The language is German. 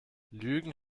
lügen